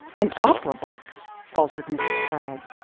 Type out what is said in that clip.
an opera box! faltered mrs. spragg,